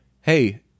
hey